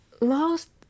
lost